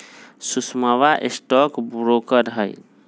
सुषमवा stock broker हई